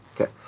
Okay